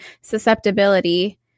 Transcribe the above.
susceptibility